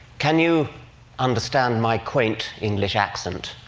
can you understand my quaint english accent?